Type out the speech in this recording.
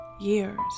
years